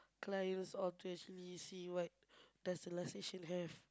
clients all to actually see what does the live station have